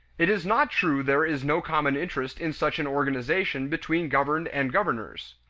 it is not true there is no common interest in such an organization between governed and governors.